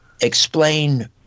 explain